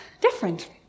different